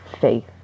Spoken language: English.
faith